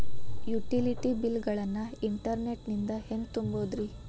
Utility bill ಗಳನ್ನ internet ನಿಂದ ಹೆಂಗ್ ತುಂಬೋದುರಿ?